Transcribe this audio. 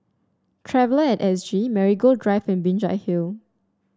Traveller at S G Marigold Drive and Binjai Hill